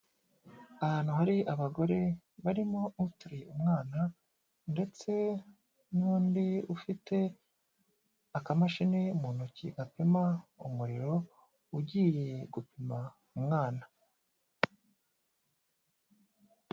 Ahantu hari abagore barimo ututeruye umwana ndetse n'undi ufite akamashini mu ntoki gapima umuriro ugiye gupima umwana.